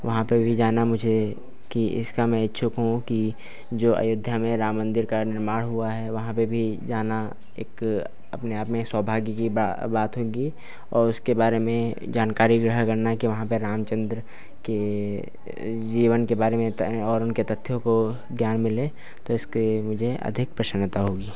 वहां पे भी जाना मुझे कि इसका मैं इच्छुक हूँ कि जो अयोध्या में राम मंदिर का निर्माण हुआ है वहां पे भी जाना एक अपने आप में एक सौभाग्य की बात होगी और उसके बारे में जानकारी ग्रह करना कि वहां पे रामचंद्र के जीवन के बारे में और उनके तथ्यों ज्ञान मिले तो इसके मुझे अधिक प्रशन्नता होगी